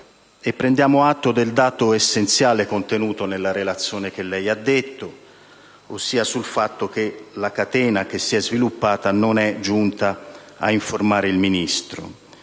intervento e del dato essenziale contenuto nella relazione, che lei ha riferito, ossia che la catena che si è sviluppata non è giunta ad informare il Ministro.